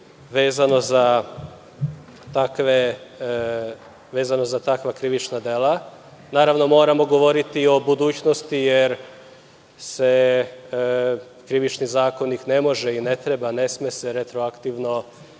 vezano za takva krivična dela. Naravno, moramo govoriti i o budućnosti, jer se krivični zakonik ne može i ne treba, ne sme se retroaktivno